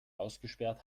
ausgesperrt